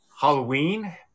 halloween